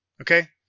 Okay